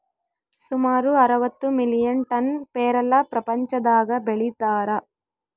ಸುಮಾರು ಅರವತ್ತು million ton ಪೇರಲ ಪ್ರಪಂಚದಾಗ ಬೆಳೀತಾರ